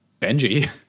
Benji